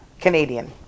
canadian